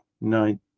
nine